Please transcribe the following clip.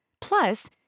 Plus